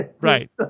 Right